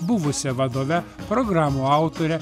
buvusia vadove programų autore